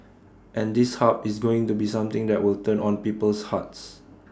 and this hub is going to be something that will turn on people's hearts